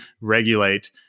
regulate